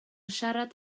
siarad